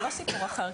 זה לא סיפור אחר,